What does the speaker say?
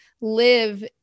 live